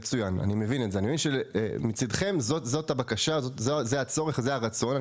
אני מבין שמצדכם זו הבקשה, זה הצורך וזה הרצון.